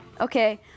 Okay